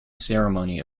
ceremony